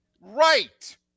Right